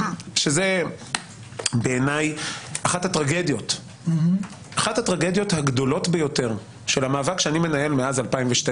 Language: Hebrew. שזה בעיני אחת הטרגדיות הגדולות ביותר של המאבק שאני מנהל מאז 2012,